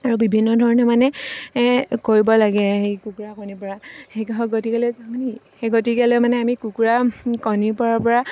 আৰু বিভিন্ন ধৰণে মানে কৰিব লাগে সেই কুকুৰা কণীৰ পৰা সেই হ গতিকে গতিকেলৈ সেই গতিকেলৈ মানে আমি কুকুৰা কণী পৰাৰ পৰা